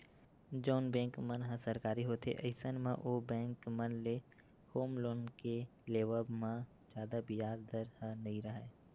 जउन बेंक मन ह सरकारी होथे अइसन म ओ बेंक मन ले होम लोन के लेवब म जादा बियाज दर ह नइ राहय